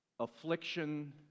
affliction